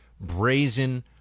brazen